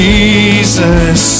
Jesus